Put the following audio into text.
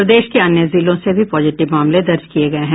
प्रदेश के अन्य जिलों से भी पॉजिटिव मामले दर्ज किये गये हैं